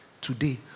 today